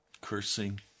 cursing